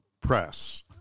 press